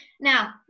Now